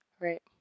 Right